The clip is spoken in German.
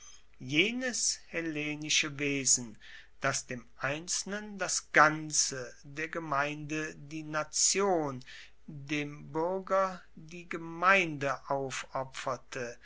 jenes hellenische wesen das dem einzelnen das ganze der gemeinde die nation dem buerger die gemeinde aufopferte